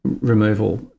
removal